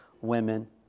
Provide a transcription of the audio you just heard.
women